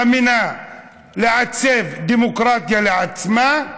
מאמינה בלעצב דמוקרטיה לעצמה,